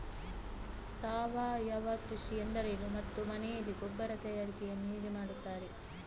ಸಾವಯವ ಕೃಷಿ ಎಂದರೇನು ಮತ್ತು ಮನೆಯಲ್ಲಿ ಗೊಬ್ಬರ ತಯಾರಿಕೆ ಯನ್ನು ಹೇಗೆ ಮಾಡುತ್ತಾರೆ?